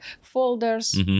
folders